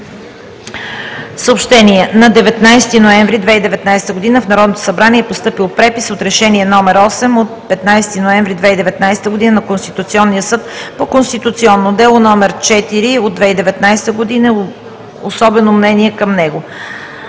Съобщение: На 19 ноември 2019 г. в Народното събрание е постъпил препис от Решение № 8 от 15 ноември 2019 г. на Конституционния съд по конституционно дело № 4 от 2019 г. и особено мнение към него.